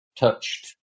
Touched